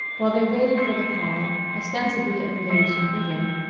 while they waited for the call, ostensibly engaged in reading,